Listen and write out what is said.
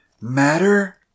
Matter